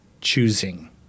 choosing